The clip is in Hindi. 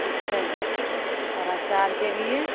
अच्छा जी और अचार के लिए